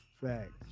Facts